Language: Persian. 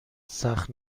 سخت